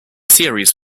series